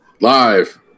live